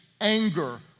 anger